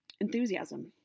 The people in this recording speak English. enthusiasm